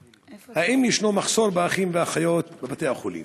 3. האם יש מחסור באחים ואחיות בבתי-החולים?